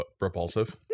repulsive